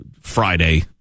Friday